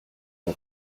mon